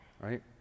right